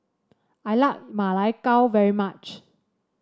I like Ma Lai Gao very much